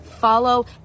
follow